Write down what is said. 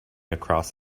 across